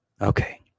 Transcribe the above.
Okay